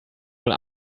will